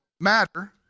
matter